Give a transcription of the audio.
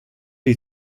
die